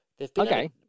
okay